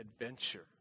adventure